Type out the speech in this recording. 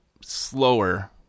slower